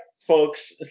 folks